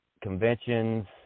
conventions